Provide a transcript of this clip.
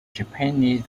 japanese